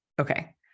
Okay